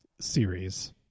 series